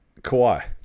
Kawhi